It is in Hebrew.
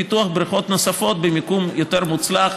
פיתוח בריכות נוספות במיקום יותר מוצלח,